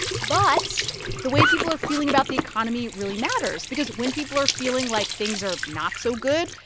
but the way people are feeling about the economy really matters because when people are feeling like things are not so good,